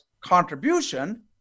contribution